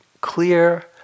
clear